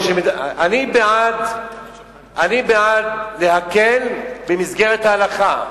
אני בעד להקל במסגרת ההלכה.